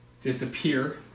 disappear